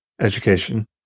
education